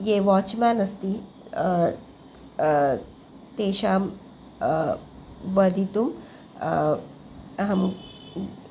ये वाच्म्यान् अस्ति तेषां वदितुम् अहम्